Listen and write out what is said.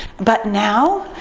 but now,